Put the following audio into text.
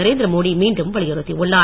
நரேந்திரமோடி மீண்டும் வலியுறுத்தியுள்ளார்